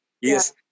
Yes